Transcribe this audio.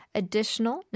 additional